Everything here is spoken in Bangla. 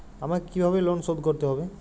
আমাকে কিভাবে লোন শোধ করতে হবে?